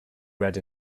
read